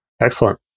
Excellent